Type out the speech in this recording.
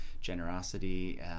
generosity